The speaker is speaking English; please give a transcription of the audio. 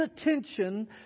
attention